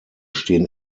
stehen